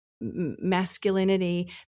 masculinity